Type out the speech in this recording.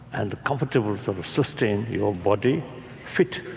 and comfort will sort of sustain your body fit,